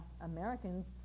Americans